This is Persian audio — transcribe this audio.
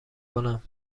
کنم